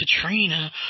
Katrina